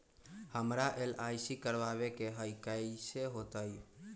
हमरा एल.आई.सी करवावे के हई कैसे होतई?